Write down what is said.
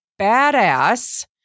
BADASS